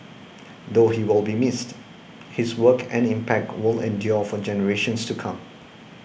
though he will be missed his work and impact will endure for generations to come